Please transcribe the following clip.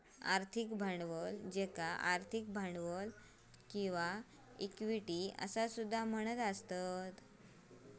आर्थिक भांडवल ज्याका आर्थिक भांडवल किंवा इक्विटी असा सुद्धा म्हणतत